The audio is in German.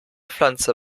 pflanze